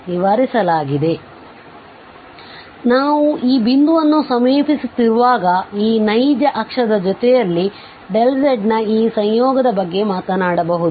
ಆದ್ದರಿಂದ ನಾವು ಈ ಬಿಂದುವನ್ನು ಸಮೀಪಿಸುತ್ತಿರುವಾಗ ಈ ನೈಜ ಅಕ್ಷದ ಜೊತೆಯಲ್ಲಿ z ನ ಈ ಸಂಯೋಗದ ಬಗ್ಗೆ ಮಾತನಾಡಬಹುದು